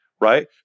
right